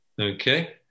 okay